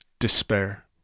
despair